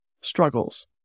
struggles